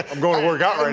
and going to work out